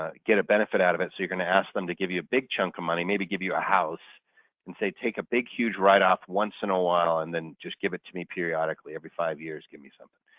get a benefit out of it so you're going to ask them to give you a big chunk of money maybe give you a house and say, take a big huge write-off once in a while and then just give it to me periodically. every five years give me something.